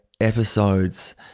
episodes